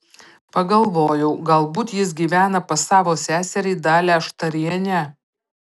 pagalvojau galbūt jis gyvena pas savo seserį dalią štarienę